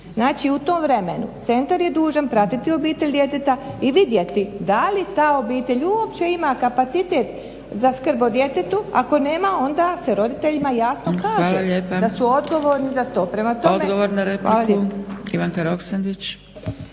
znači u tom vremenu centar je dužan pratiti obitelj djeteta i vidjeti da li ta obitelj uopće ima kapacitet za skrb o djetetu, ako nema onda se roditeljima jasno kaže da su odgovorni za to.